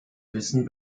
wissen